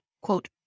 quote